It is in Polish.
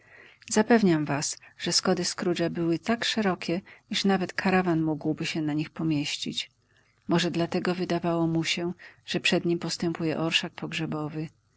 zapewniam was że schody scroogea tak były szerokie iż nawet karawan mógłby się na nich pomieścić może dlatego wydawało mu się że przed nim postępuje orszak pogrzebowy